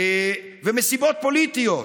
מסיבות פוליטיות.